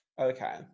Okay